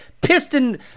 piston